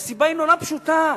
והסיבה היא נורא פשוטה: